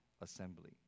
assembly